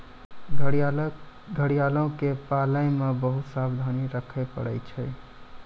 घड़ियालो के पालै मे बहुते सावधानी रक्खे पड़ै छै